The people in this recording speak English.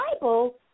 Bible